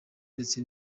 ndetse